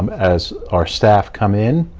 um as our staff come in.